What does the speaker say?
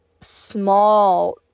small